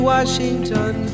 Washington